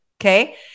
Okay